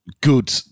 good